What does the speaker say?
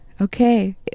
okay